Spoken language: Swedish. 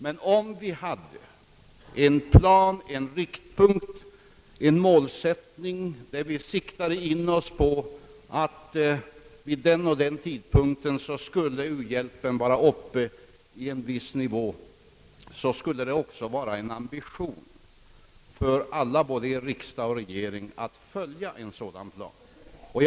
Hade vi en plan, en riktpunkt eller en målsättning, där vi siktade in oss på att u-hjälpen vid den och den tidpunkten skulle vara uppe i en viss nivå, skulle det också innebära en ambition för alla politiker både i riksdag och regering att följa en sådan plan.